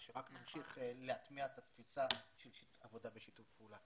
ושרק נמשיך להטמיע את התפיסה של עבודה בשיתוף פעולה.